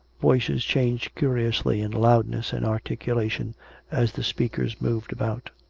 voices changed curiously in loudness and articulation as the speakers moved about.